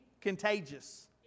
contagious